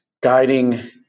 guiding